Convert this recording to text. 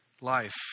life